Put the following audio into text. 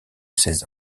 seize